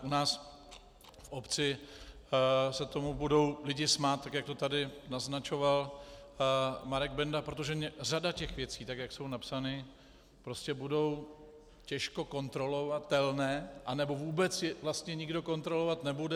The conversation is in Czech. U nás v obci se tomu budou lidi smát, tak jak to tady naznačoval Marek Benda, protože řada těch věcí, tak jak jsou napsané, bude těžko kontrolovatelná, anebo je vlastně nikdo kontrolovat nebude.